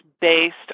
based